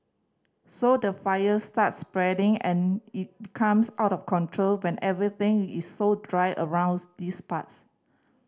so the fire starts spreading and it becomes out of control when everything is so dry around these parts